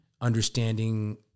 understanding